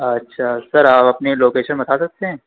اچھا سر آپ اپنی لوکیشن بتا سکتے ہیں